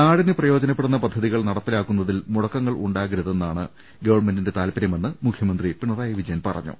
നാടിന് പ്രയോജനപ്പെടുന്ന പദ്ധതികൾ നടപ്പിലാക്കുന്നതിൽ മുടക്കങ്ങൾ ഉണ്ടാകരുതെന്നാണ് ഗവൺമെന്റിന്റെ ്താൽപര്യമെന്ന് മുഖ്യമന്ത്രി പിണറായി വിജയൻ പറഞ്ഞു